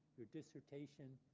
your dissertation.